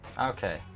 Okay